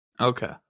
Okay